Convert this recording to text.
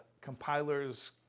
compiler's